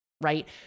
right